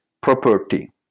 property